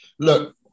Look